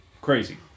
crazy